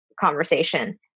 conversation